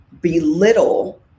belittle